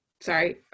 Sorry